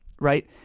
Right